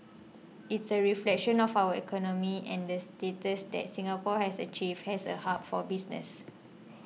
it is a reflection of our economy and the status that Singapore has achieved as a hub for business